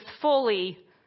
fully